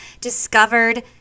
discovered